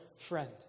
friend